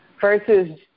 Versus